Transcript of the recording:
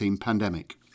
Pandemic